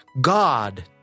God